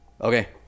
Okay